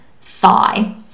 thigh